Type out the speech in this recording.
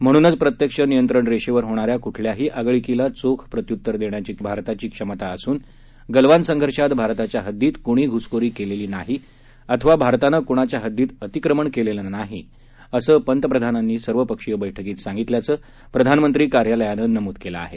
म्हणूनच प्रत्यक्ष नियंत्रण रेषेवर होणाऱ्या कठल्याही आगळिकीला चोख प्रत्यतर देण्याची भारताची क्षमता असून गलवान संघर्षात भारताच्या हददीत कृणी घ्सखोरी केलेली नाही अथवा भारतानं कृणाच्या हददीत अतिक्रमण केलेलं नाही असं पंतप्रधानांनी सर्वपक्षीय बैठकीत सांगितल्याचं प्रधानमंत्री कार्यालयानं नमूद केलं आहे